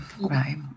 right